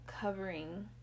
covering